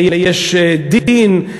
ל"יש דין",